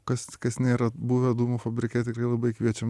kas kas nėra buvę dūmų fabrike tikrai labai kviečiam